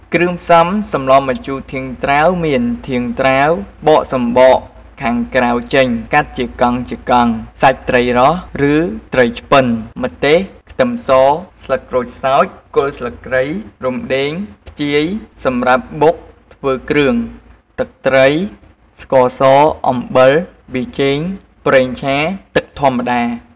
គ្រឿងផ្សំសម្លម្ជូរធាងត្រាវមាន ធាងត្រាវ បកសំបកខាងក្រៅចេញ កាត់ជាកង់ៗ សាច់ត្រីរ៉ស់ ឬត្រីឆ្ពិន ម្ទេស ខ្ទឹមស ស្លឹកក្រូចសើច គល់ស្លឹកគ្រៃ រំដេង ខ្ជាយ សម្រាប់បុកធ្វើគ្រឿង ទឹកត្រី ស្ករស អំបិល ប៊ីចេង ប្រេងឆា ទឹកធម្មតា។